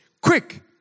quick